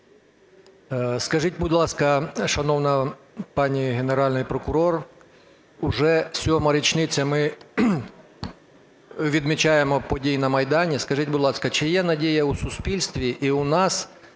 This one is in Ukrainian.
Скажіть, будь ласка, шановна пані Генеральний прокурор, уже сьому річницю ми відмічаємо подій на Майдані. Скажіть, будь ласка, чи є надія у суспільства і у нас,